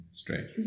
straight